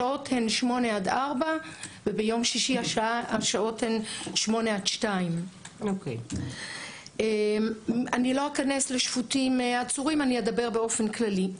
השעות הן 08:00 עד 16:00 וביום שישי 08:00 עד 14:00. אני לא אכנס לשפוטים ועצורים אלא אדבר באופן כללי.